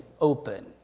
open